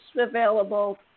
available